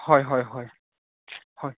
হয় হয় হয় হয়